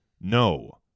No